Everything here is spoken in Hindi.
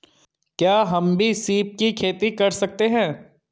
क्या हम भी सीप की खेती कर सकते हैं?